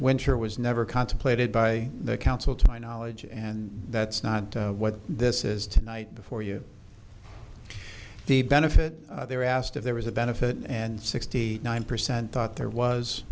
winter was never contemplated by the council to my knowledge and that's not what this is tonight before you the benefit there asked if there was a benefit and sixty nine percent thought there was